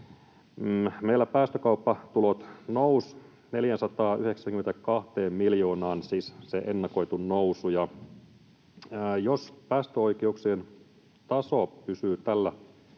meillä päästökauppatulot nousivat 492 miljoonaan, siis se ennakoitu nousu, ja jos päästöoikeuksien hinta pysyy tällä